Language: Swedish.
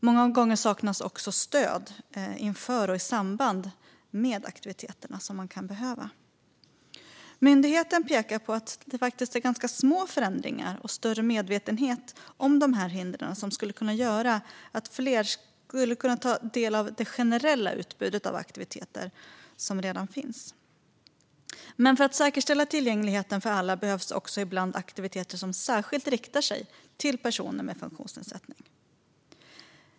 Många gånger saknas också det stöd man behöver inför och i samband med aktiviteter. Myndigheten pekar på att små förändringar och större medvetenhet om dessa hinder skulle kunna göra att fler skulle kunna ta del av det generella utbud av aktiviteter som redan finns. För att säkerställa tillgängligheten för alla behövs också ibland aktiviteter som är särskilt riktade till personer med funktionsnedsättning.